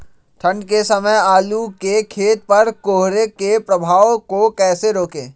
ठंढ के समय आलू के खेत पर कोहरे के प्रभाव को कैसे रोके?